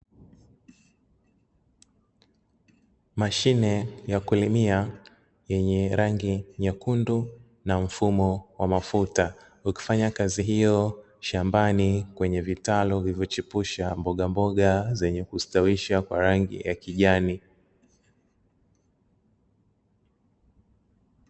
Mashine ya kulimia yenye rangi nyekundu na mfumo wa mafuta, ukifanya kazi hiyo shambani, kwenye vitalu vilivyochipusha mbogamboga zenye kustawisha kwa rangi ya kijani.